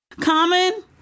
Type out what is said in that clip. Common